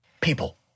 People